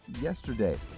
yesterday